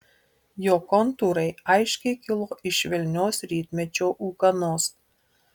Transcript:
jo kontūrai aiškiai kilo iš švelnios rytmečio ūkanos